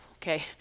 Okay